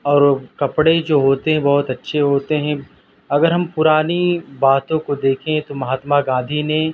اور کپڑے جو ہوتے ہیں بہت اچّھے ہوتے ہیں اگر ہم پرانی باتوں کو دیکھیں تو مہاتما گاندھی نے